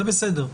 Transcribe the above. זה בסדר.